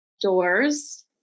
doors